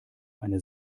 eine